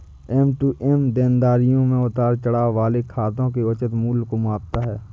M to M देनदारियों में उतार चढ़ाव वाले खातों के उचित मूल्य को मापता है